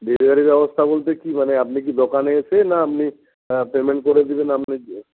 ডেলিভারির ব্যবস্থা বলতে কি মানে আপনি কি দোকানে এসে না আপনি পেমেন্ট করে দিবেন আমরা